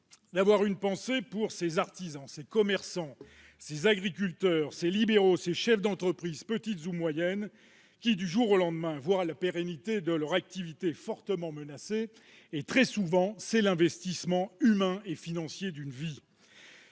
d'avoir une pensée pour ces artisans, ces commerçants, ces agriculteurs, ces libéraux, ces chefs d'entreprises petites ou moyennes, qui, du jour au lendemain, voient la pérennité de leur activité fortement menacée. Très souvent, c'est l'investissement humain et financier d'une vie.